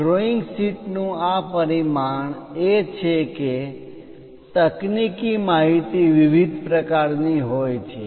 આ drawing sheet નું આ પરિમાણ એ છે કે તકનીકી માહિતી વિવિધ પ્રકારની હોય છે